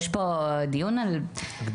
יש פה דיון -- על הגדלה.